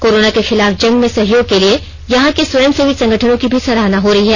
corona के खिलाफ जंग में सहयोग के लिए यहां के स्वयंसेवी संगठनों की भी सराहना हो रही है